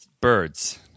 Birds